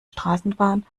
straßenbahn